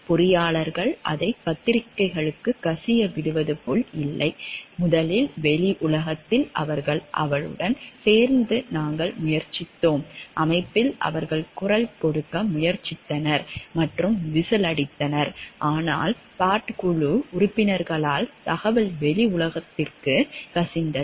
பொறியாளர்கள் அதை பத்திரிகைகளுக்கு கசியவிடுவது போல் இல்லை முதலில் வெளி உலகத்தில் அவர்கள் அவளுடன் சேர்ந்து நாங்கள் முயற்சித்தோம் அமைப்பில் அவர்கள் குரல் கொடுக்க முயற்சித்தனர் மற்றும் விசில் அடித்தனர் ஆனால் பார்ட் குழு உறுப்பினர்களால் தகவல் வெளி உலகிற்கு கசிந்தது